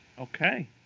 Okay